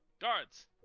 Guards